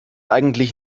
eigentlich